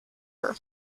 her